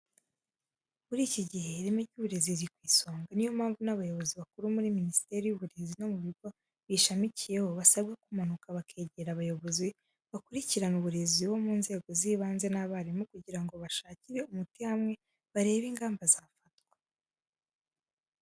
Muri iki gihe, ireme ry'uburezi riri ku isonga, ni yo mpamvu n'abayobozi bakuru muri Minisiteri y'Uburezi no mu bigo biyishamikiyeho, basabwa kumanuka bakegera abayobozi bakurikirana uburezi bo mu nzego z'ibanze n'abarimu, kugira ngo bashakire umuti hamwe, barebe ingamba zafatwa.